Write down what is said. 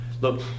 Look